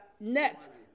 net